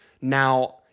now